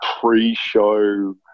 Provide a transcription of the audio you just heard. pre-show